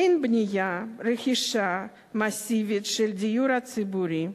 אין בנייה, אין רכישה מסיבית של דיור ציבורי,